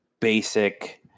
basic